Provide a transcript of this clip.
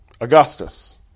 Augustus